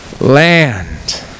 land